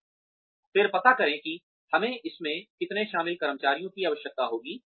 और फिर पता करें कि हमें इसमें कितने शामिल कर्मचारियों की क्या आवश्यकता होगी